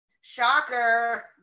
Shocker